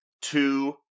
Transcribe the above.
two